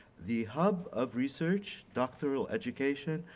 the hub of research, doctoral education,